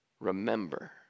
remember